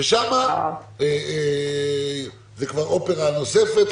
ושם זו כבר אופרה נוספת,